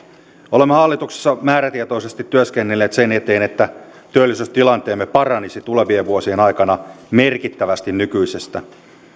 olemme hallituksessa määrätietoisesti työskennelleet sen eteen että työllisyystilanteemme paranisi tulevien vuosien aikana merkittävästi nykyisestä